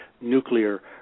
nuclear